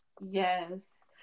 Yes